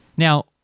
Now